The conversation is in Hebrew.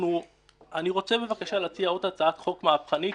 אני רוצה בבקשה להציע עוד הצעת חוק מהפכנית,